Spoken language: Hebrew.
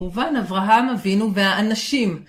ובן אברהם אבינו באנשים.